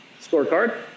scorecard